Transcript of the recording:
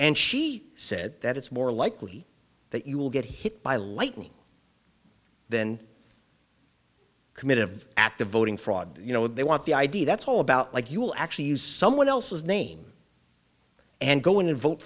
and she said that it's more likely that you will get hit by lightning than commit of active voting fraud you know they want the idea that's all about like you will actually use someone else's name and go and vote